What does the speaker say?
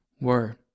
Word